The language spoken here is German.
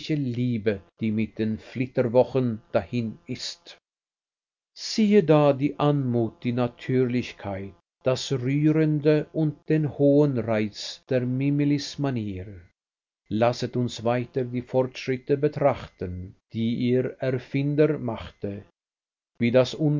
liebe die mit den flitterwochen dahin ist siehe da die anmut die natürlichkeit das rührende und den hohen reiz der mimilis manier lasset uns weiter die fortschritte betrachten die ihr erfinder machte wie das